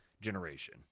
generation